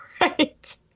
right